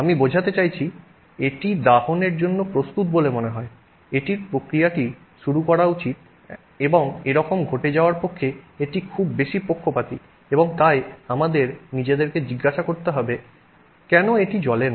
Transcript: আমি বোঝাতে চাইছি এটি দাহনের জন্য প্রস্তুত বলে মনে হয় এটির প্রতিক্রিয়াটি শুরু করা উচিত এবং এরকম ঘটে যাওয়ার পক্ষে এটি খুব বেশি পক্ষপাতী এবং তাই আমাদের নিজেদেরকে জিজ্ঞাসা করতে হবে কেন এটি জ্বলে না